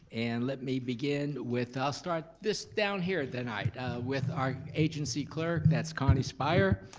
and let me begin with, i'll start, this down here tonight with our agency clerk, that's connie spire.